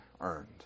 earned